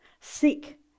Seek